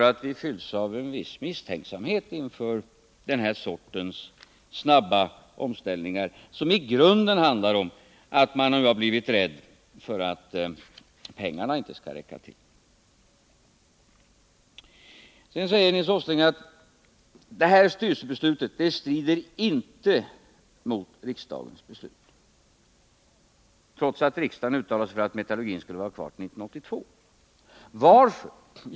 Man fylls av en viss misstänksamhet inför den här sortens snabba omställningar somi grunden handlar om att man blivit rädd för att pengarna inte skall räcka till. Sedan säger Nils Åsling att styrelsebeslutet inte strider mot riksdagens beslut — trots att riksdagen uttalade sig för att metallurgin skulle vara kvar till 1982. Varför?